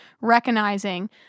recognizing